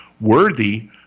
worthy